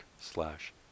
slash